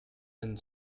een